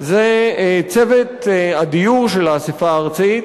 הוא צוות הדיור של האספה הארצית,